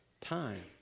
time